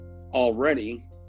already